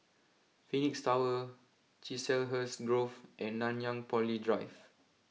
Phoenix Tower Chiselhurst Grove and Nanyang Poly Drive